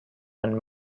and